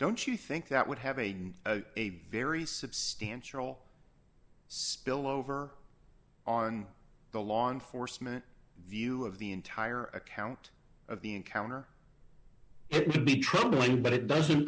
don't you think that would have a a very substantial spillover on the law enforcement view of the entire account of the encounter to be troubling but it doesn't